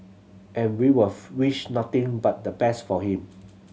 and we was wish nothing but the best for him